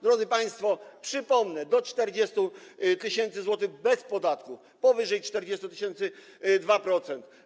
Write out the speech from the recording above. Drodzy państwo, przypomnę: do 40 tys. zł bez podatku, powyżej 40 tys. - 2%.